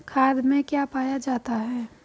खाद में क्या पाया जाता है?